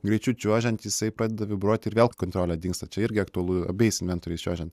greičiu čiuožiant jisai pradeda vibruoti ir vėl kontrolė dingsta čia irgi aktualu abejais inventoriais čiuožiant